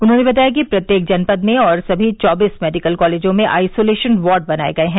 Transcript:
उन्होंने बताया कि प्रत्येक जनपद में और सभी चौबीस मेडिकल कॉलेजों में आइसोलेशन वार्ड बनाये गये हैं